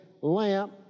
lamp